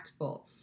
impactful